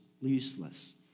useless